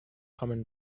common